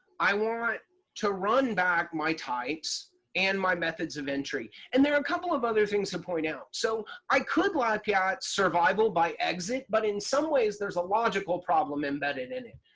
i want to run back my types and my methods of entry. and there are a couple of other things to point out. so i could look like yeah ah at survival by exit, but in some ways there's a logical problem embedded in it.